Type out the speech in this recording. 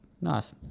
Nice